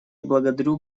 благодарю